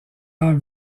rend